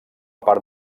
part